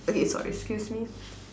okay sorry excuse me